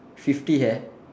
fifty hair